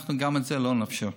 אנחנו גם את זה לא נאפשר.